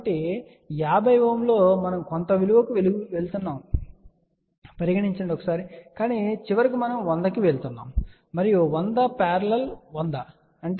కాబట్టి 50 Ω లో మనం కొంత విలువకు వెళ్తున్నామని పరిగణించండి కాని చివరికి మనం 100 Ω కి వెళ్తున్నాము మరియు ఈ 100 100 50